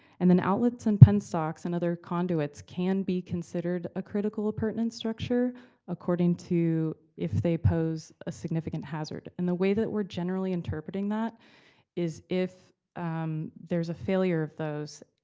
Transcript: and then outlets and penstocks and other conduits can be considered a critical appurtenant structure according to if they pose a significant hazard. and the way that we're generally interpreting that is if um there's a failure of those,